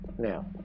Now